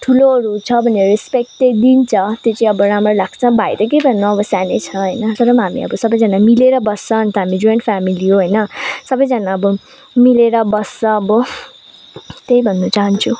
ठुलोहरू छ भनेर रेस्पेक्ट तै दिन्छ त्यो चाहिँ अब राम्रो लाग्छ भाइ त के भन्नु अब सानै छ होइन तर पनि हामी अब सबैजना मिलेर बस्छ अन्त हामी जोइन्ट फ्यामिली हो होइन सबैजना अब मिलेर बस्छ अब त्यही भन्नु चाहन्छु